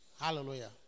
Hallelujah